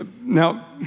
Now